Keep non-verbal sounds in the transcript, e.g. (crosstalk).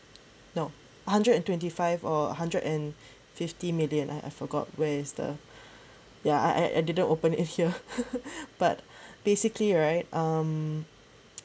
no hundred and twenty five or hundred and fifty million I I forgot where's the ya I I didn't open it here (laughs) but basically right um